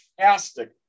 fantastic